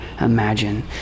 imagine